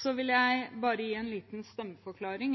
Så vil jeg bare gi en liten stemmeforklaring